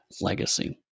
legacy